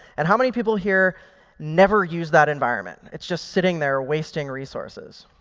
and how many people here never use that environment? it's just sitting there wasting resources?